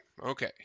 Okay